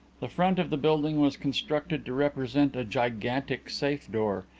the front of the building was constructed to represent a gigantic safe door,